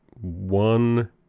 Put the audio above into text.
one